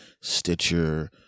Stitcher